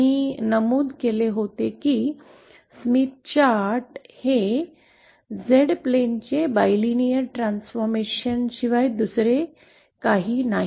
मी नमूद केले होते की स्मिथ चार्ट हे Z प्लेनचे बायलीनेर ट्रान्सफॉर्मेशन शिवाय काही नाही